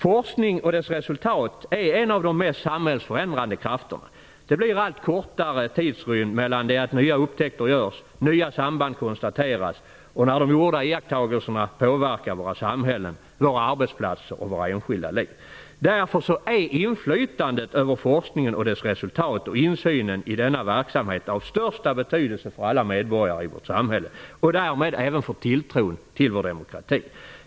Forskning och dess resultat är en av de mest samhällsförändrande krafterna. Det blir allt kortare tidsrymd mellan det att nya upptäckter görs och nya samband konstateras till det att de gjorda iakttagelserna påverkar våra samhällen, våra arbetsplatser och våra enskilda liv. Därför är inflytandet över forskningen och dess resultat och insynen i denna verksamhet av största betydelse för alla medborgare i vårt samhälle och därmed även för tilltron till vår demokrati.